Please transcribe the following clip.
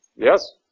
Yes